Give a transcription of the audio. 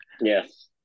Yes